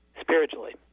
spiritually